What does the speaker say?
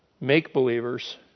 make-believers